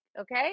okay